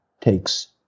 takes